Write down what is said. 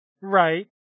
Right